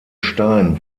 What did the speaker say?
stein